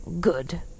Good